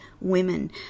women